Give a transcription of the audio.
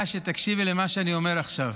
שתקשיבי למה שאני אומר עכשיו.